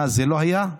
מה, זה לא היה?